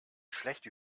schlechte